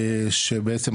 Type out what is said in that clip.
שבעצם,